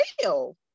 real